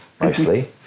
mostly